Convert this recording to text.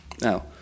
Now